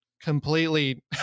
completely